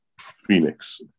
Phoenix